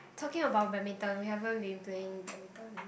talking about badminton we haven been playing badminton